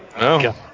No